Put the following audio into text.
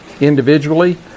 individually